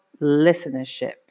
listenership